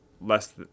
less